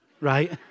right